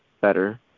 better